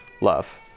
love